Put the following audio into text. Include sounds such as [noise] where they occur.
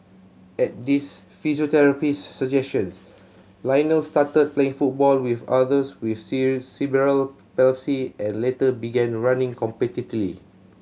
at his physiotherapist's suggestion Lionel started playing football with others with [unintelligible] cerebral palsy and later began running competitively